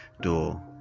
door